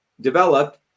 developed